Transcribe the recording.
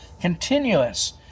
Continuous